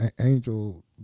Angel